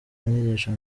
n’inyigisho